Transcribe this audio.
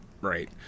right